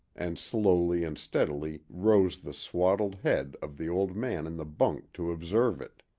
and slowly and steadily rose the swaddled head of the old man in the bunk to observe it.